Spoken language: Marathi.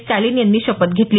स्टॅलिन यांनी शपथ घेतली